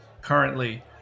currently